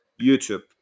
YouTube